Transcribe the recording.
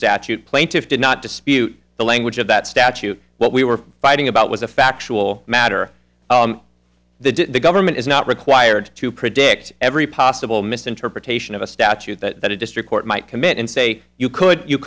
statute plaintiffs did not dispute the language of that statute what we were fighting about was a factual matter the government is not required to predict every possible misinterpretation of a statute that a district court might commit and say you could you